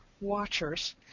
watchers